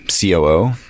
COO